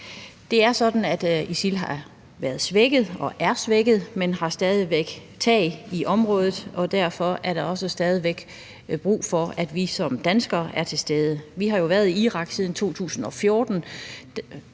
Det er sådan, at ISIL har været svækket og er svækket, men stadig væk har tag i området, og derfor er der også stadig væk brug for, at vi som danskere er til stede. Vi har jo været i Irak siden 2014.